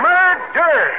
Murder